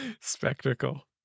Spectacle